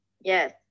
Yes